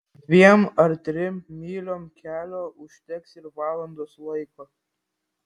dviem ar trim myliom kelio užteks ir valandos laiko